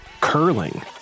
curling